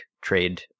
trade